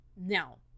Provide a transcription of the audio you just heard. now